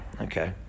Okay